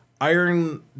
iron